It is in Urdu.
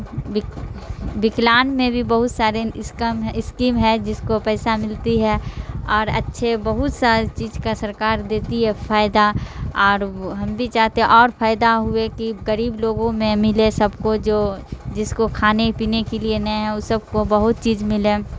بک وکلانگ میں بھی بہت سارے اسکم اسکیم ہے جس کو پیسہ ملتی ہے اور اچھے بہت سار چیز کا سرکار دیتی ہے فائدہ اور ہم بھی چاہتے اور فائدہ ہوئے کہ غریب لوگوں میں ملے سب کو جو جس کو کھانے پینے کے لیے نہیں ہیں اس سب کو بہت چیز ملے